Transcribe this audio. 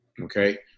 okay